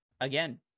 again